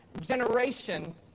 generation